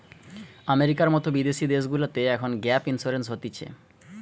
আমেরিকার মতো বিদেশি দেশগুলাতে এমন গ্যাপ ইন্সুরেন্স হতিছে